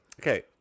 Okay